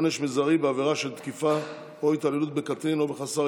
(עונש מזערי בעבירה של תקיפה או התעללות בקטין או בחסר